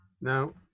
Now